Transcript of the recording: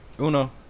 uno